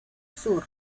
sur